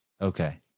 Okay